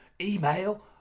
email